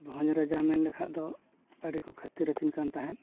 ᱵᱷᱚᱸᱡᱽ ᱨᱟᱡᱟ ᱢᱮᱱ ᱞᱮᱠᱷᱟᱱ ᱫᱚ ᱟᱹᱰᱤ ᱠᱚ ᱠᱷᱟᱹᱛᱤᱨ ᱟᱹᱠᱤᱱ ᱠᱟᱱ ᱛᱟᱦᱮᱸᱜ